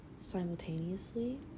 simultaneously